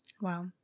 Wow